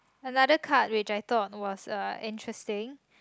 another card which I though was uh interesting